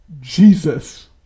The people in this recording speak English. Jesus